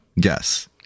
guess